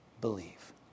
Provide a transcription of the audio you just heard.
believe